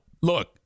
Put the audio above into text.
look